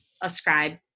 ascribe